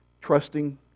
trusting